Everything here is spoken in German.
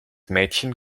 mädchen